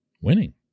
Winning